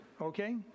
okay